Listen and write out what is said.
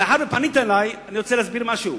מאחר שפנית אלי, אני רוצה להסביר משהו.